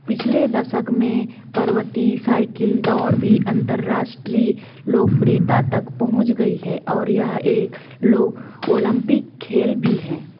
पिछले दशक में पर्वती साइकिल दौड़ भी अंतर्राष्ट्रीय लोकप्रियता तक पहुँच गई है और यह एक लो ओलंपिक खेल भी है